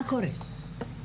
מה קורה?